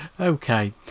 okay